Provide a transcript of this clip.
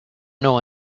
know